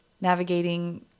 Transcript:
Navigating